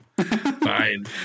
Fine